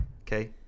Okay